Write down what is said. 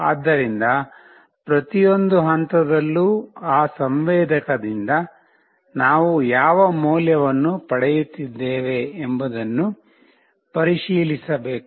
ಆದ್ದರಿಂದ ಪ್ರತಿಯೊಂದು ಹಂತದಲ್ಲೂ ಆ ಸಂವೇದಕದಿಂದ ನಾವು ಯಾವ ಮೌಲ್ಯವನ್ನು ಪಡೆಯುತ್ತಿದ್ದೇವೆ ಎಂಬುದನ್ನು ಪರಿಶೀಲಿಸಬೇಕು